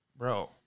Bro